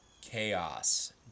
chaos